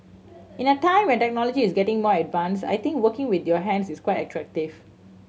in a time where technology is getting more advanced I think working with your hands is quite attractive